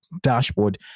dashboard